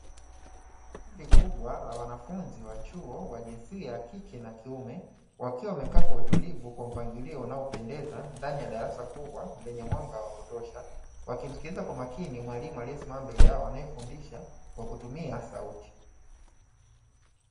Kundi kubwa la wanafunzi wa chuo wa jinsia ya kike na kiume wakiwa wamekaa kwa utulivu kwa mpangilio unaopendeza ndani ya darasa kubwa lenye mwanga wa kutosha, wakimsikiliza kwa makini mwalimu aliyesimama mbele yao anayefundisha kwa kutumia sauti.